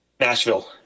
Nashville